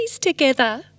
together